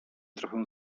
trochę